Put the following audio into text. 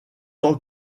tant